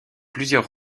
plusieurs